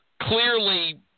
clearly